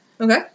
Okay